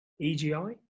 Egi